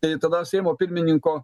tai tada seimo pirmininko